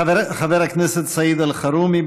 חבר הכנסת סעיד אלחרומי,